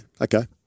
okay